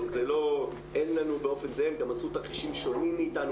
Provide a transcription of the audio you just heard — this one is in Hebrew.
הם גם עשו תרחישים מאתנו.